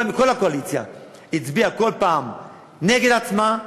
כל הקואליציה הצביעה בכל פעם נגד עצמה,